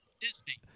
Disney